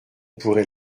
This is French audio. pourrait